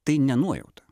tai ne nuojauta